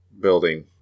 building